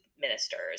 ministers